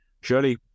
surely